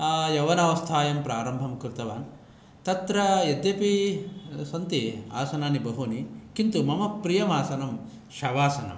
यवनावस्थायां प्रारम्भं कृतवान् तत्र यद्यपि सन्ति आसनानि बहूनि किन्तु मम प्रियम् आसनं शवासनम्